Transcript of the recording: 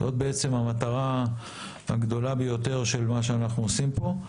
זאת בעצם המטרה הגדולה ביותר של מה שאנחנו עושים פה.